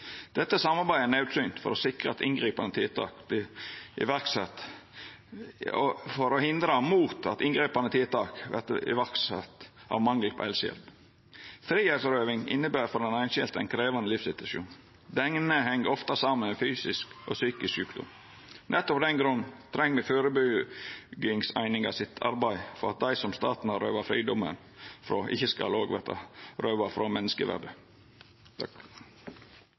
Dette samarbeidet er naudsynt for å hindra at inngripande tiltak vert sette i verk. Å ta frå nokon fridomen inneber for den einskilde ein krevjande livssituasjon og heng ofte saman med fysisk og psykisk sjukdom. Nettopp av den grunn treng me førebuingseininga sitt arbeid for at dei som staten har teke fridomen frå, ikkje òg skal verta fråtekne menneskeverdet.